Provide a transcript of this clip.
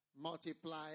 multiply